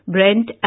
Brent